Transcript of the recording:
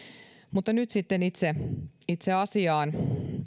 mutta nyt sitten itse itse asiaan